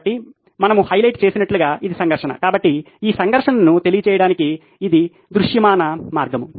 కాబట్టి మేము హైలైట్ చేసినట్లు ఇది సంఘర్షణ కాబట్టి ఈ సంఘర్షణను తెలియజేయడానికి ఇది దృశ్యమాన మార్గం